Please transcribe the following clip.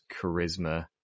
charisma